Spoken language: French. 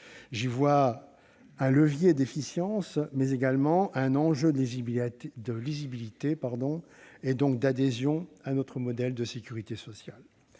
J'y vois un levier d'efficience, mais également un enjeu de lisibilité, et donc d'adhésion à notre modèle de sécurité sociale.